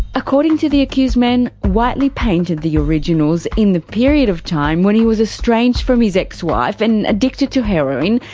according to the accused men, whiteley painted the originals in the period of time when he was estranged from his ex-wife and addicted to heroin.